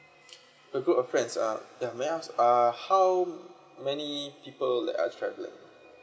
a group of friends uh ya may I ask uh how many people that are travelling